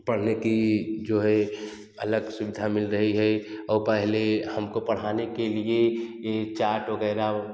पढ़ने की जो है अलग सुविधा मिल रही है और पहले हम को पढ़ाने के लिए चाट वग़ैरह